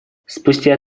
спустя